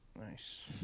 Nice